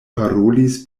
parolis